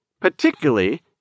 particularly